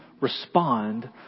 respond